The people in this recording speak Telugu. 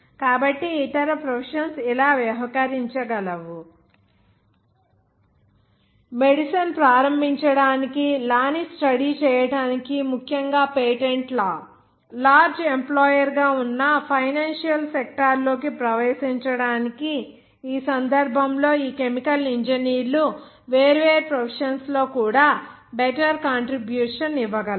కాబట్టి ఇతర ప్రొఫెషన్స్ ఇలా వ్యవహరించగలవు మెడిసిన్ ప్రారంభించడానికి లా ని స్టడీ చేయడానికి ముఖ్యంగా పేటెంట్ లా ని లార్జ్ ఎంప్లొయెర్ గా ఉన్న ఫైనాన్సియల్ సెక్టార్ లోకి ప్రవేశించడానికి ఈ సందర్భంలో ఈ కెమికల్ ఇంజనీర్లు వేర్వేరు ప్రొఫెషన్స్ లో కూడా బెటర్ కాంట్రిబ్యూషన్ ఇవ్వగలరు